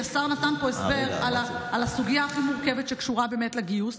כי השר נתן פה הסבר על הסוגיה הכי מורכבת שקשורה לגיוס.